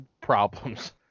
problems